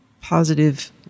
positive